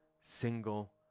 single